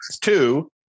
Two